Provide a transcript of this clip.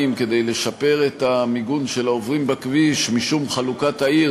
כדי לשפר את המיגון של העוברים בכביש משום חלוקת העיר,